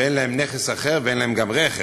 ואין להם נכס אחר ואין להם גם רכב.